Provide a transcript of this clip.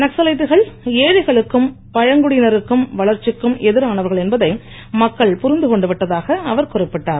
நக்சலைட்டுகள் ஏழைகளுக்கும் பழங்குடியினருக்கும் வளர்ச்சிக்கும் எதிரானவர்கள் என்பதை மக்கள் புரிந்து கொண்டுவிட்டதாக அவர் குறிப்பிட்டார்